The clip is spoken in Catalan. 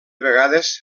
vegades